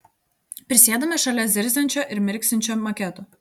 prisėdame šalia zirziančio ir mirksinčio maketo